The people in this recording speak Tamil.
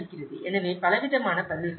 எனவே பலவிதமான பதில்கள் உள்ளன